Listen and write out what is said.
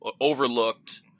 overlooked